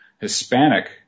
Hispanic